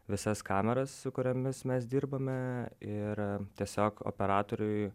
visas kameras su kuriomis mes dirbame ir tiesiog operatoriui